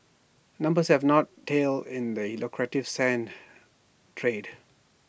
numbers have not tail in the E lucrative sand trade